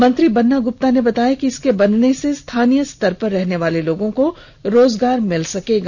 मंत्री बन्ना गुप्ता ने बताया कि इसके बनने से स्थानीय स्तर पर रहने वाले लोगों को रोजगार मिलेगा